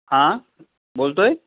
हां बोलतो आहे